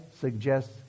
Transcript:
suggests